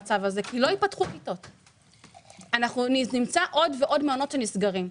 ואנחנו נמצא עוד ועוד מעונות שנסגרים.